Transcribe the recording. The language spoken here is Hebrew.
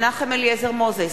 מנחם אליעזר מוזס,